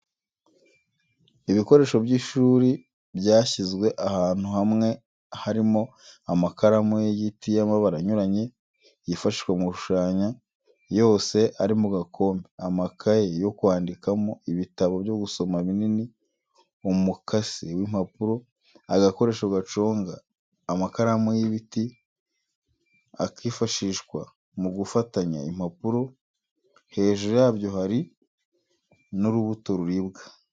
Ibikoresho by'ishuri byashyizwe ahantu hamwe harimo amakaramu y'igiti y'amabara anyuranye, yifashishwa mu gushushanya, yose ari mu gakombe, amakaye yo kwandikamo, ibitabo byo gusoma binini, umukasi w'impapuro, agakoresho gaconga amakaramu y'ibiti, akifashishwa mu gufatanya impapuro, hejuru yabyo hari n'urubuto ruribwa.